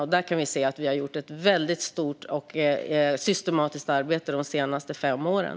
När det gäller det kan vi se att vi har gjort ett väldigt stort och systematiskt arbete de senaste fem åren.